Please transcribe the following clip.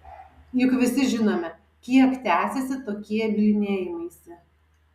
juk visi žinome kiek tęsiasi tokie bylinėjimaisi